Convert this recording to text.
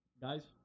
Guys